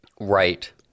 Right